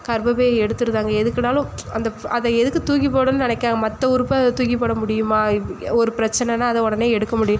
கர்பப்பை எடுத்துடுதாங்க எதுக்குனாலும் அந்த அதை எதுக்கு தூக்கி போடணுன்னு நினைக்காம மற்ற உறுப்பை அது தூக்கி போட முடியுமா ஒரு பிரச்சனன்னா அதை உடனே எடுக்க முடியும்